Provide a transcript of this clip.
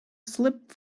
slipped